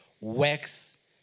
works